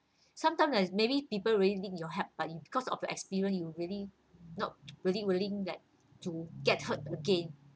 sometimes like maybe people really need your help but because of the experience you're really not really willing like to get hurt again